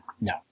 no